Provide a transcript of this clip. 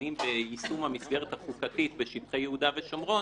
כשדנים ביישום המסגרת החוקתית בשטחי יהודה ושומרון,